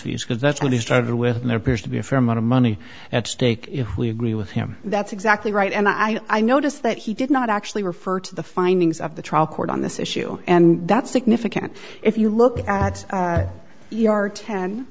fees because that's when he started with their peers to be a fair amount of money at stake if we agree with him that's exactly right and i notice that he did not actually refer to the findings of the trial court on this issue and that's significant if you look at yard ten